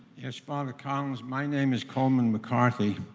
yes, father collins. my name is coleman mccarthy.